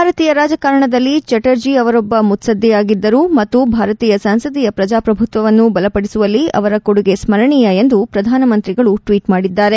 ಭಾರತೀಯ ರಾಜಕಾರಣದಲ್ಲಿ ಚಟರ್ಜಿ ಅವರೊಬ್ಲ ಮುತ್ತದ್ದಿಯಾಗಿದ್ದರು ಮತ್ತು ಭಾರತೀಯ ಸಂಸದೀಯ ಪ್ರಜಾಪ್ರಭುತ್ವವನ್ನು ಬಲಪಡಿಸುವಲ್ಲಿ ಅವರ ಕೊಡುಗೆ ಸ್ಪರಣೀಯ ಎಂದು ಪ್ರಧಾನ ಮಂತ್ರಿಗಳು ಟ್ವೀಟ್ ಮಾಡಿದ್ದಾರೆ